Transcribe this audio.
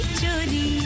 chori